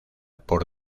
por